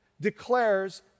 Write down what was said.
declares